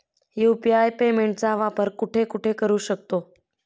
UPI पेमेंटचा वापर कुठे कुठे करू शकतो?